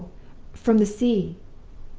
from the sea